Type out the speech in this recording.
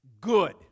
Good